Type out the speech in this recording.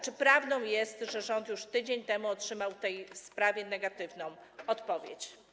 Czy prawdą jest, że rząd już tydzień temu otrzymał w tej sprawie negatywną odpowiedź?